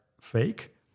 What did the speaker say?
fake